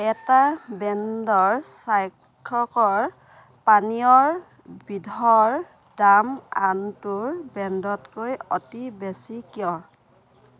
এটা ব্ৰেণ্ডৰ স্বাস্থ্যকৰ পানীয়বিধৰ দাম আনটো ব্ৰেণ্ডতকৈ অতি বেছি কিয়